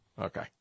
okay